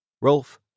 Rolf